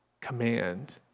command